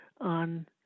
on